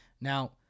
Now